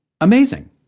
amazing